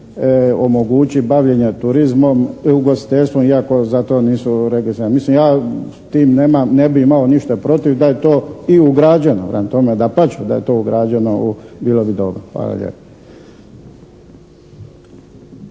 omogući bavljenje turizmom, ugostiteljstvom iako za to nisu …/Govornik se ne razumije./… Mislim, ja s tim ne bi imao ništa protiv da je to i ugrađeno. Prema tome, dapače da je to ugrađeno bilo bi dobro. Hvala lijepo.